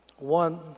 One